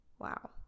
Wow